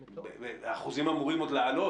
האחוזים אמורים עוד לעלות,